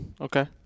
Okay